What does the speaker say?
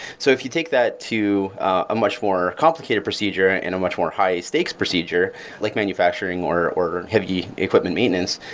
so if you take that to a much more complicated procedure and a much more high-stakes procedure like manufacturing or or heavy equipment maintenance,